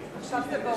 עכשיו, זה ברור,